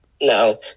No